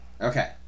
Okay